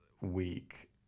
week